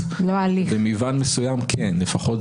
מינוי בניגוד לחוק, אי חוקיות, מינוי בניגוד לזה